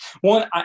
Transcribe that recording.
one